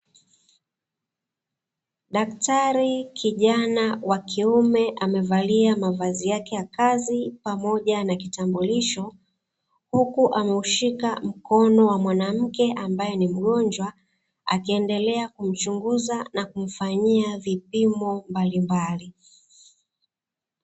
Daktari kijana wa kiume amevalia mavazi yake ya kazi pamoja na kitambulisho, huku ameushika mkono wa mwanamke ambae ni mgonjwa akiendelea kumchunguza na kumfanyia vipimo mbalimbali.